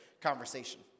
conversation